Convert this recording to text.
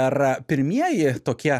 ir pirmieji tokie